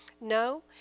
No